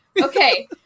Okay